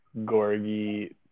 Gorgie